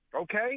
okay